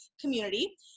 community